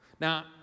Now